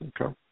Okay